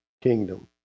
kingdom